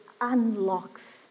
unlocks